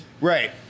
Right